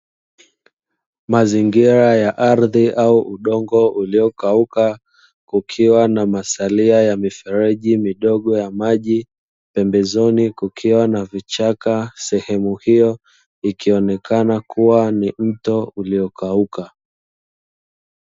Mazingira ya ardhi au udongo uliokauka, kukiwa na masalia ya mifreji midogo ya maji, pembezoni kukiwa na vichaka sehemu hiyo ikionekana kuwa ni mto uliokauka.